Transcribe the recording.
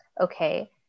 Okay